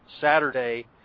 Saturday